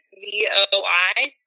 V-O-I